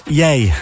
yay